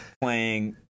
playing